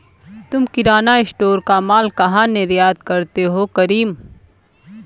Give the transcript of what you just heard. तुम किराना स्टोर का मॉल कहा निर्यात करते हो करीम?